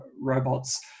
robots